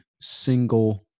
single